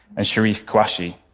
and cherif kouachi,